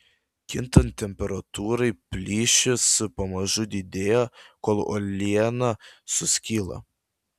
kintant temperatūrai plyšys pamažu didėja kol uoliena suskyla